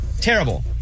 terrible